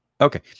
Okay